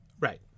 Right